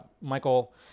Michael